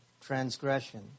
transgression